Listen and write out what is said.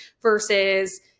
versus